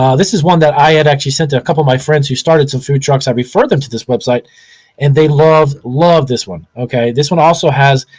um this is one that i had actually sent to a couple of my friends who started some food trucks. i referred them to this website and they love, love this one, okay. this one also has,